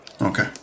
Okay